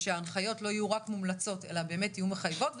ושההנחיות לא יהיו רק מומלצות אלא באמת יהיו מחייבות,